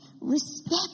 Respect